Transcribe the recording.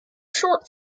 short